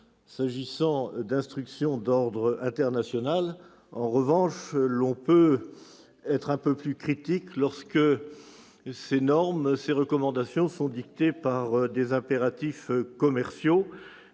s'agissant d'instructions d'ordre international, on peut en revanche être un peu plus critique lorsque ces recommandations sont dictées par des impératifs commerciaux.